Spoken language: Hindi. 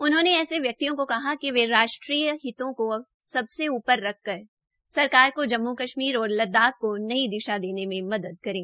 उन्होंने ऐसे व्यक्तियों को कहा कि वे राष्ट्रीय हितों को सबसे ऊपर रखकर सरकार को जम्मू कश्मीर और लद्दाख को नई दिशा देने में मदद करें